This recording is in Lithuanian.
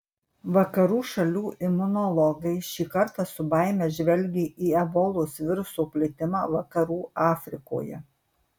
vakarų šalių imunologai šį kartą su baime žvelgė į ebolos viruso plitimą vakarų afrikoje